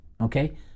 okay